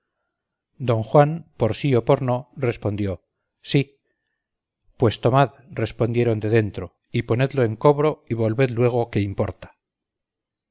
don juan por si ó por no respondió sí pues tomad respondiéron de dentro y ponedlo en cobro y volved luego que importa